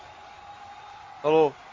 hello